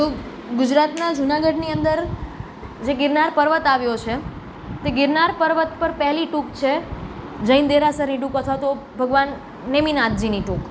તો ગુજરાતનાં જુનાગઢની અંદર જે ગિરનાર પર્વત આવ્યો છે તે ગિરનાર પર્વત પર પહેલી ટુંક છે જૈન દેરાસરી ટુંક અથવા તો ભગવાન નેમિ નાથજીની ટુંક